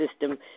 system